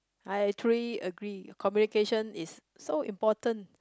I actually agree communication is so important